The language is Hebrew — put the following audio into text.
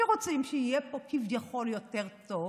שרוצים שיהיה פה כביכול יותר טוב,